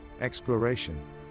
exploration